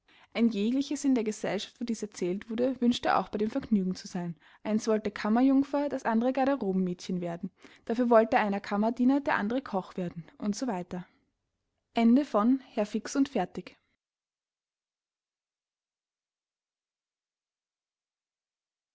ein jegliches in der gesellschaft wo dies erzählt wurde wünschte auch bei dem vergnügen zu seyn eins wollte kammerjungfer das andere garderobemädchen werden dafür wollte einer kammerdiener der andere koch werden u